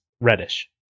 reddish